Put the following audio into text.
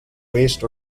waste